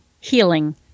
healing